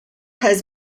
has